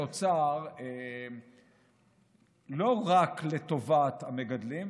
שנוצר לא רק לטובת המגדלים,